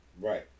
Right